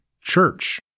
church